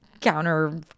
counter